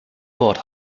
wort